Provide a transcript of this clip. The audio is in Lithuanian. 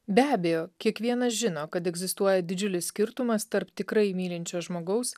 be abejo kiekvienas žino kad egzistuoja didžiulis skirtumas tarp tikrai mylinčio žmogaus